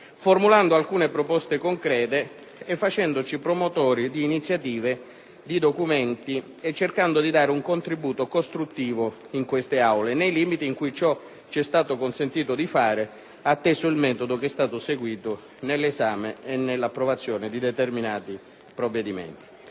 formulando alcune proposte concrete, facendoci promotori di iniziative e di documenti e cercando di dare un contributo costruttivo nelle Aule parlamentari, nei limiti in cui ciò ci è stato consentito, atteso il metodo seguito nell'esame e nell'approvazione di determinati provvedimenti.